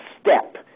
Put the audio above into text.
step